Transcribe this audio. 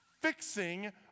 Fixing